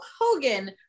Hogan